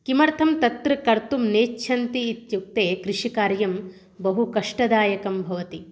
किमर्थं तत्र कर्तुं नेच्छन्ति इत्युक्ते कृषिकार्यं बहु कष्टदायकं भवति